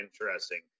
interesting